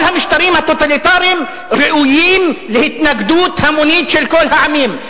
כל המשטרים הטוטליטריים ראויים להתנגדות המונית של כל העמים.